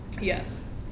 yes